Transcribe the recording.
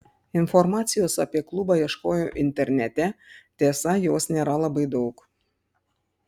informacijos apie klubą ieškojau internete tiesa jos nėra labai daug